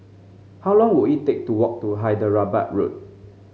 how long will it take to walk to Hyderabad Road